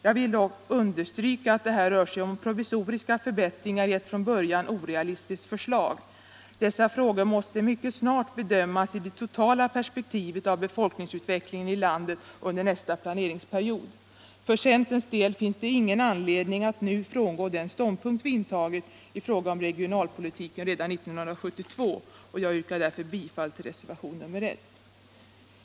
Jag vill dock understryka att det här rör sig om provisoriska förbättringar i ett från början orealistiskt förslag. Dessa frågor måste mycket snart bedömas i det totala perspektivet av befolkningsutvecklingen i landet under nästa planeringsperiod. För centerns del finns det ingen anledning att nu frångå den ståndpunkt vi intog i fråga om regionalpolitiken redan 1972, och jag yrkar därför bifall till reservationen 1.